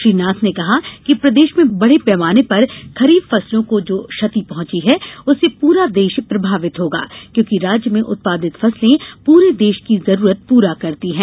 श्री नाथ ने कहा कि प्रदेश में बड़े पैमाने पर खरीफ फसलों को जो क्षति पहुँची है उससे पूरा देश प्रभावित होगा क्योंकि राज्य में उत्पादित फसलें पूरे देश की जरूरत पूरी करती हैं